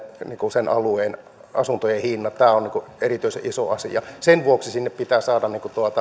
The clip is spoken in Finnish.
sen alueen asuntojen hinnat tämä on erityisen iso asia sen vuoksi sinne pitää saada